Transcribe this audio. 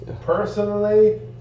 Personally